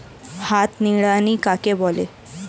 হাত নিড়ানি কাকে বলে?